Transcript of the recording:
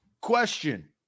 question